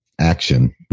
action